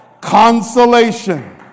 Consolation